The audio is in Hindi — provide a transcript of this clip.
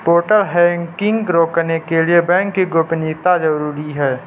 पोर्टल हैकिंग रोकने के लिए बैंक की गोपनीयता जरूरी हैं